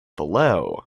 below